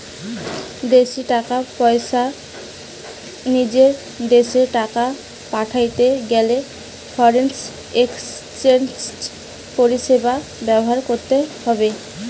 বিদেশী টাকা পয়সা নিজের দেশের টাকায় পাল্টাতে গেলে ফরেন এক্সচেঞ্জ পরিষেবা ব্যবহার করতে হবে